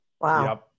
Wow